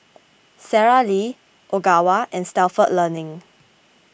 Sara Lee Ogawa and Stalford Learning